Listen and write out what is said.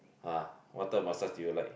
ah what type of massage do you like